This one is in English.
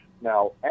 now